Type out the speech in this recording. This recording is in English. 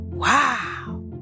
Wow